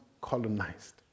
colonized